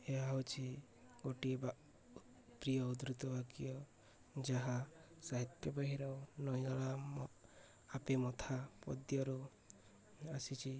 ଏହା ହଉଛି ଗୋଟିଏ ବା ପ୍ରିୟ ଉଦ୍ଧୃତ ବାକ୍ୟ ଯାହା ସାହିତ୍ୟ ବହିର ନଇଁ ଗଲା ମ ଆପେ ମଥା ପଦ୍ୟରୁ ଆସିଛି